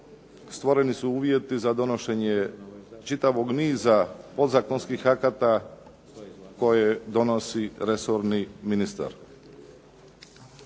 stvoreni su uvjeti za donošenje čitavog niza podzakonskih akata koje donosi resorni ministar.